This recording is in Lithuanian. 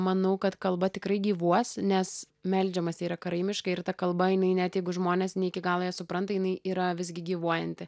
manau kad kalba tikrai gyvuos nes meldžiamasi yra karaimiškai ir ta kalba jinai net jeigu žmonės ne iki galo ją supranta jinai yra visgi gyvuojanti